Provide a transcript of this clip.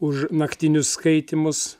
už naktinius skaitymus